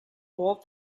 all